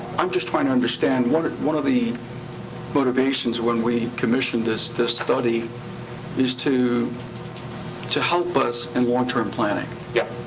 i'm just trying to understand, one one of the motivations when we commissioned this this study is to to help us in long-term planning. yeah.